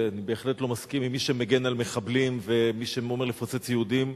שאני בהחלט לא מסכים עם מי שמגן על מחבלים ומי שאומר לפוצץ יהודים